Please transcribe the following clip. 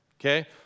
Okay